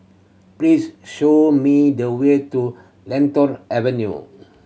please show me the way to Lentor Avenue